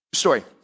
story